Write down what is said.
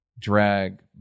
drag